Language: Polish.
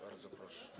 Bardzo proszę.